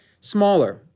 smaller